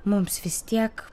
mums vis tiek